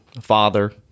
father